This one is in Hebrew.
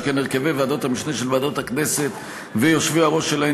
שכן הרכבי ועדות המשנה של ועדות הכנסת ויושבי-הראש שלהן